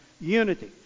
Unity